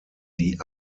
die